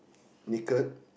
naked